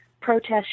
protest